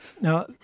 Now